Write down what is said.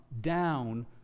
down